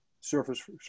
Surface